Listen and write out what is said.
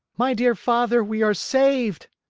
my dear father, we are saved!